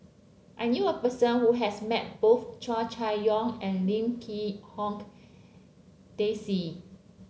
I knew a person who has met both Hua Chai Yong and Lim Quee Hong Daisy